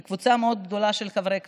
וזו קבוצה מאוד גדולה של חברי כנסת,